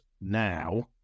now